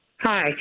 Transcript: Hi